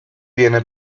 viene